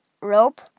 rope